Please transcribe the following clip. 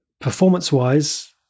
performance-wise